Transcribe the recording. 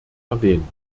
erwähnt